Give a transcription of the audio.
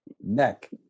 neck